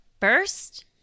first